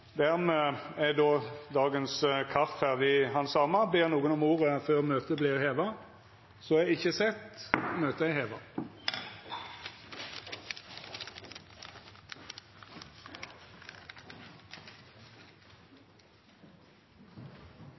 Dermed er sakene på dagens kart ferdig handsama. Ber nokon om ordet før møtet vert heva? – Ingen har bedt om ordet, og møtet er heva.